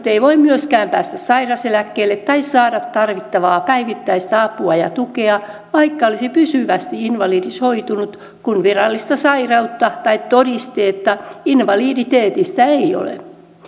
ei voi myöskään päästä sairauseläkkeelle tai saada tarvittavaa päivittäistä apua ja tukea vaikka olisi pysyvästi invalidisoitunut kun virallista sairautta tai todistetta invaliditeetista ei ole